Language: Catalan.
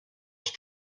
els